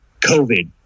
covid